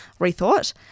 rethought